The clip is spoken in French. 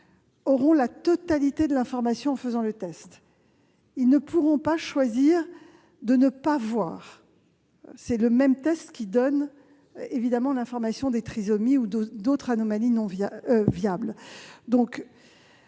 auront la totalité de l'information en effectuant le test. Ils ne pourront pas choisir de ne pas voir. C'est le même test qui donne l'information des trisomies ou d'autres anomalies viables. Le